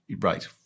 right